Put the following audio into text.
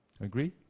Agree